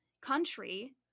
country